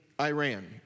Iran